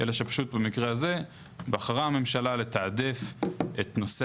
אלא פשוט שבמקרה הזה הממשלה בחרה לתעדף את נושא